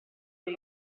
per